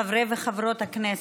חברי וחברות הכנסת,